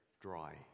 dry